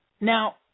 Now